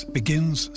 begins